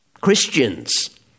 Christians